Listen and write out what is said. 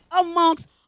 amongst